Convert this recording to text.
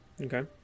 Okay